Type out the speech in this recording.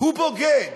הוא בוגד,